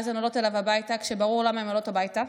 ואז הן עולות אליו הביתה כשברור למה הן עולות הביתה,